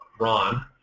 Ron